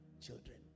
children